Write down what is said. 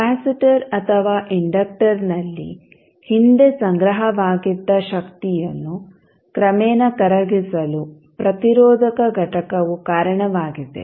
capacitor ಅಥವಾ ಇಂಡಕ್ಟರ್ನಲ್ಲಿ ಹಿಂದೆ ಸಂಗ್ರಹವಾಗಿದ್ದ ಶಕ್ತಿಯನ್ನು ಕ್ರಮೇಣ ಕರಗಿಸಲು ಪ್ರತಿರೋಧಕ ಘಟಕವು ಕಾರಣವಾಗಿದೆ